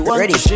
ready